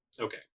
Okay